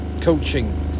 coaching